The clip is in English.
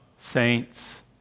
saints